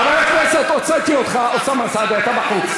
חבר הכנסת אוסאמה סעדי, אתה בחוץ.